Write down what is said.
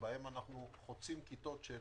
שבהם אנחנו חוצים כיתות של